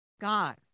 God